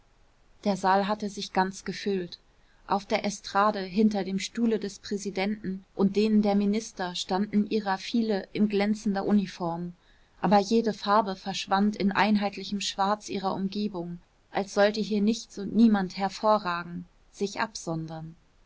der saal hatte sich ganz gefüllt auf der estrade hinter dem stuhle des präsidenten und denen der minister standen ihrer viele in glänzender uniform aber jede farbe verschwand im einheitlichen schwarz ihrer umgebung als sollte hier nichts und niemand hervorragen sich absondern